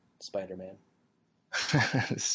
Spider-Man